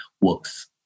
works